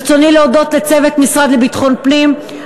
ברצוני להודות לצוות המשרד לביטחון פנים,